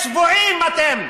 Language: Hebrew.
צבועים אתם.